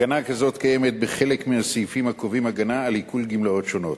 הגנה כזאת קיימת בחלק מהסעיפים הקובעים הגנה על עיקול גמלאות שונות.